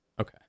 Okay